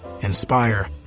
inspire